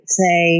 say